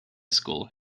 school